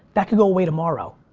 that could go away tomorrow.